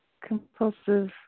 compulsive